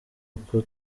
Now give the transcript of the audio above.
uko